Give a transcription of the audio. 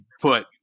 put